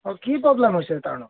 অঁ কি প্ৰব্লেম হৈছে তাৰনু